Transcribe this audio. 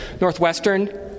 Northwestern